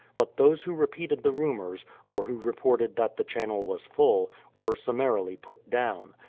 but those who repeated the rumors, or who reported that the channel was full, were summarily put down.